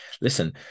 listen